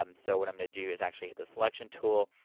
um so what i'm gonna do is actually hit the selection tool,